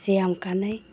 ꯁꯤ ꯌꯥꯝ ꯀꯥꯟꯅꯩ